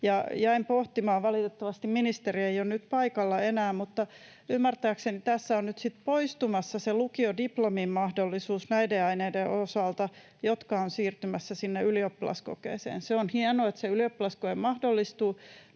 Jäin pohtimaan — valitettavasti ministeri ei ole nyt paikalla enää — että ymmärtääkseni tässä on nyt sitten poistumassa se lukiodiplomin mahdollisuus näiden aineiden osalta, jotka ovat siirtymässä sinne ylioppilaskokeeseen. On hienoa, että se ylioppilaskoe mahdollistuu,